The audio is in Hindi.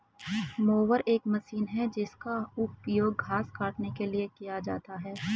मोवर एक मशीन है जिसका उपयोग घास काटने के लिए किया जाता है